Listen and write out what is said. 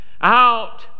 out